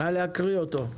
נא להקריא אותו.